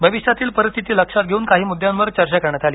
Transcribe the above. भविष्यातील परिस्थिती लक्षात घेवून काही मुद्द्यांवर चर्चा करण्यात आली